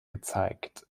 gezeigt